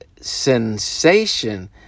sensation